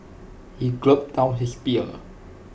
he gulped down his beer